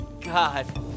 God